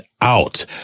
out